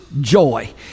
joy